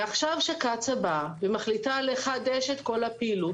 ועכשיו כשקצא"א באה ומחליטה לחדש את כל הפעילות,